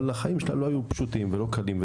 אבל החיים שלה לא היו פשוטים ולא קלים,